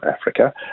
Africa